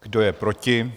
Kdo je proti?